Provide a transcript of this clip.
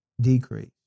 decrease